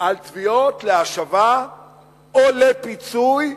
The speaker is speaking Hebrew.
על תביעות להשבה או לפיצוי,